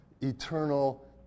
eternal